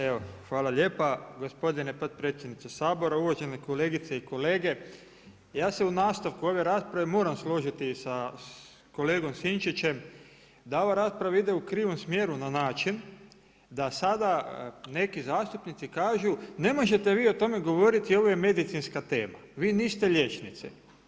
Evo hvala lijepa gospodine potpredsjedniče Sabora, uvažene kolegice i kolege, ja se u nastavku ove rasprave moram složiti sa kolegom Sinčićem da ova rasprava ide u krivom smjeru na način da sada neki zastupnici kažu, ne možete vi o tome govoriti, ovo je medicinska tema, vi niste liječnici.